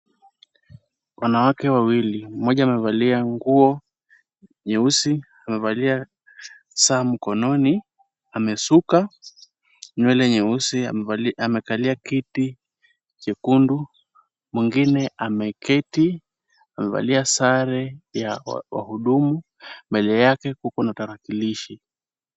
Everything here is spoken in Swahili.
Wanawake wawili mmoja amevalia nguo nyeusi, amevalia saa mkononi, amesuka nywele nyeusi, amekalia kiti chekundu mwingine ameketi amevalia sare ya wahudumu, mbele yake kuko na tarakilishi.